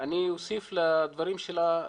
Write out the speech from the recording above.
אני אוסיף לדברים שלה.